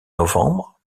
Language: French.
novembre